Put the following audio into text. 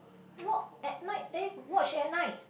walk at night eh watch at night